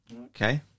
Okay